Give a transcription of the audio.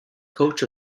coach